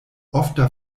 ofta